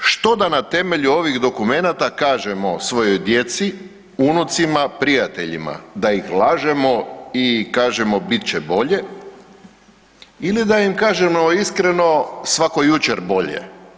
Što da na temelju ovih dokumenata kažemo svojoj djeci, unucima, prijateljima, da ih lažemo i kažemo bit će bolje ili da im kažemo iskreno, svako jučer bolje?